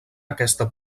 aquesta